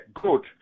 good